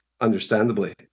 understandably